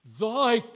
Thy